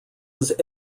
was